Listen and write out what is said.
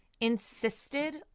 insisted